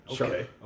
Okay